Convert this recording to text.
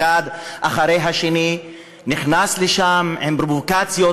האחד אחרי השני נכנס לשם עם פרובוקציות,